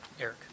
Eric